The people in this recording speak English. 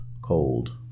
cold